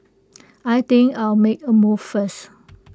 I think I'll make A move first